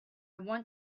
want